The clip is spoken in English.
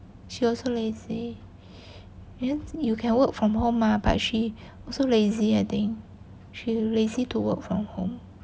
she also lazy then you can work from home mah but she also lazy I think she lazy to work from home